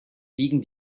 liegen